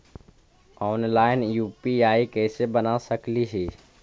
Online UPI कैसे बना सकली ही?